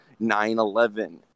9/11